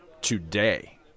today